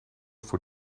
voor